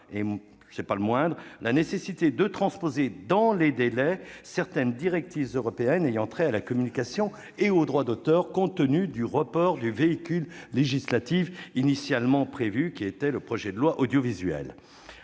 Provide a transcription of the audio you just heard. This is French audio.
ce n'est pas la moindre raison -la nécessité de transposer dans les délais certaines directives européennes ayant trait à la communication et au droit d'auteur, compte tenu du report du véhicule législatif initialement prévu, le projet de loi Audiovisuel.